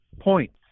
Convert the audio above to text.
points